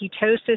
ketosis